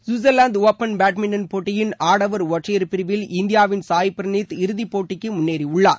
Switzerland open badminton போட்டியின் ஆடவர் ஒற்றையர் பிரிவில் இந்தியாவின் சாயி பிரனீத் இறுதிப்போட்டிக்கு முன்னேறியுள்ளார்